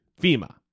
FEMA